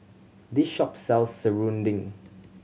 this shop sells serunding